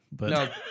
No